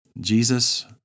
Jesus